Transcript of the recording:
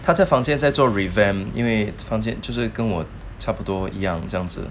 他在房间在做 revamp 因为他房间就是跟我差不多一样这样子